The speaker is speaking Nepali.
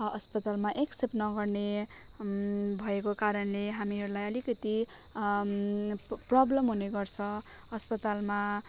अस्पतालमा एक्सेप्ट नगर्ने भएको कारणले हामीहरूलाई अलिकति प्रब्लम हुनेगर्छ अस्पतालमा